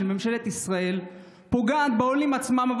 של ממשלת ישראל פוגעת בעולים עצמם.